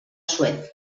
suez